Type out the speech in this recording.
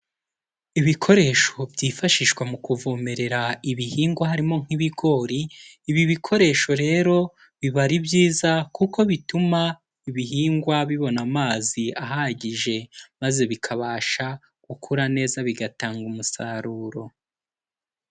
Ibikoresho byifashishwa mu kuvomerera ibihingwa harimo nk'ibigori, ibi bikoresho rero biba ari byiza kuko bituma ibihingwa bibona amazi ahagije, maze bikabasha gukura neza bigatanga umusaruro.